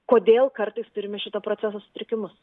kodėl kartais turime šito proceso sutrikimus